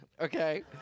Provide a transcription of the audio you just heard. Okay